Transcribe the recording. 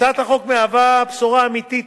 הצעת החוק מהווה בשורה אמיתית